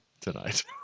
tonight